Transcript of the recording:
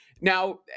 now